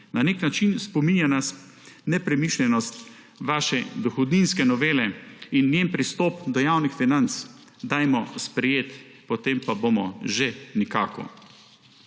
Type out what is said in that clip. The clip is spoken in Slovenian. Na nek način spominja na nepremišljenost vaše dohodninske novele in njen pristop do javnih financ, »dajmo sprejeti, potem pa bomo že nekako«.